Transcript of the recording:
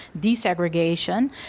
desegregation